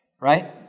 right